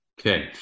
Okay